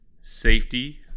safety